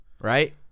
Right